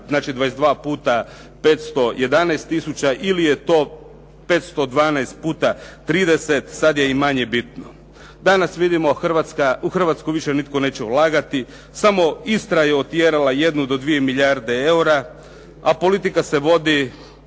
treba 22 puta 511 tisuća ili je to 512 puta 30, sada je i manje bitno. Danas vidimo da u Hrvatsku više nitko neće ulagati. Samo Istra je otjerala jednu do dvije milijarde eura, a politika se vodi